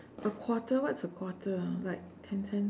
a quarter what's a quarter ah like ten cent